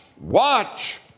watch